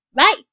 right